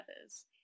others